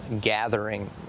gathering